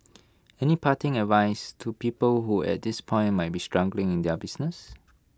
any parting advice to people who at this point might be struggling in their business